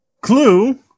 Clue